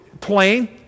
plane